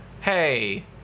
Hey